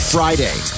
Friday